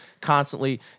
constantly